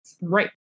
Right